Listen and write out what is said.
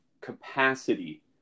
capacity